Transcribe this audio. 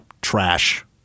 trash